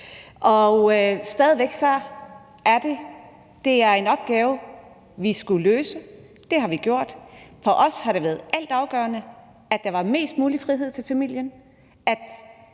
stadig væk: Det er en opgave, som vi skulle løse. Det har vi gjort. For os har det været altafgørende, at der var mest mulig frihed til familien,